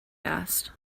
asked